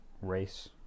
race